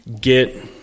get